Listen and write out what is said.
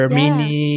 mini